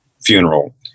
funeral